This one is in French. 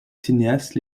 cinéastes